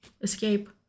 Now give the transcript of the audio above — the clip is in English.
escape